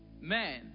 man